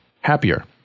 happier